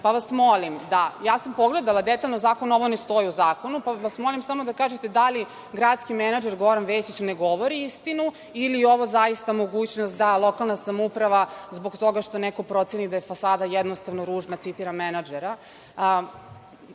ružna. Molim vas, pogledala sam detaljno zakon, ovo ne stoji u zakonu, pa vas molim samo da kažete da li gradski menadžer Goran Vesić ne govori istinu, ili je ovo zaista mogućnost da lokalna samouprava zbog toga što neko proceni da je fasada jednostavno ružna, citiram menadžera,